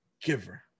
giver